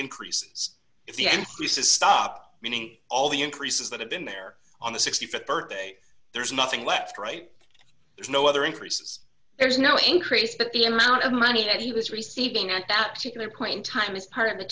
increases if the end uses stop meaning all the increases that have been there on the th birthday there's nothing left right there's no other increases there's no increase but the amount of money that he was receiving at that particular point in time is part of the